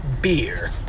beer